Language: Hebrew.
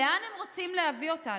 לאן הם רוצים להביא אותנו?